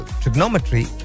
trigonometry